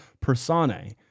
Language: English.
personae